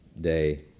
day